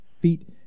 feet